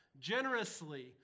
generously